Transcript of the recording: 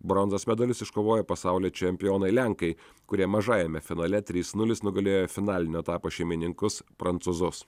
bronzos medalius iškovojo pasaulio čempionai lenkai kurie mažajame finale trys nulis nugalėjo finalinio etapo šeimininkus prancūzus